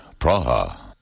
Praha